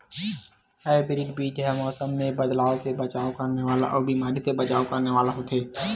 hybrid बीज हा मौसम मे बदलाव से बचाव करने वाला अउ बीमारी से बचाव करने वाला होथे